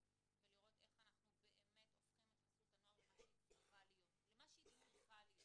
ולראות איך אנחנו הופכים את חסות הנוער למה שהיא צריכה להיות.